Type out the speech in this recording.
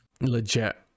Legit